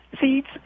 seeds